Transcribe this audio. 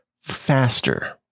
faster